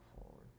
forward